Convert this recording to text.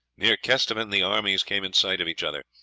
near kesteven the armies came in sight of each other,